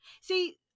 see